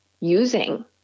using